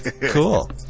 Cool